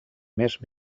més